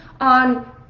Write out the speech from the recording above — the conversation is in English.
on